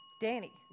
Danny